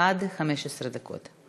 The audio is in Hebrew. עד 15 דקות.